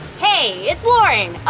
hey it's lauren.